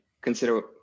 consider